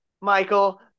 Michael